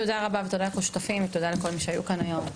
תודה רבה ותודה לכל השותפים שהיו כאן היום.